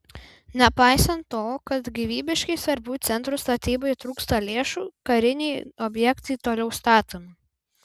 nepaisant to kad gyvybiškai svarbių centrų statybai trūksta lėšų kariniai objektai toliau statomi